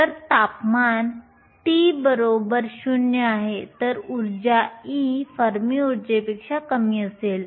तर तापमान T 0 आहे तर ऊर्जा E फर्मी उर्जेपेक्षा कमी असेल